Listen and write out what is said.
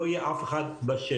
לא יהיה אף אחד בשטח.